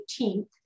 18th